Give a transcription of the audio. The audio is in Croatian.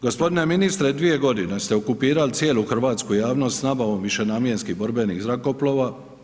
Gospodine ministre dvije godine ste okupirali cijelu hrvatsku javnost s nabavom višenamjenskih borbenih zrakoplova.